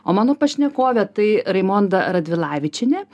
o mano pašnekovė tai raimonda radvilavičienė